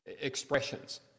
expressions